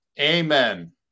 Amen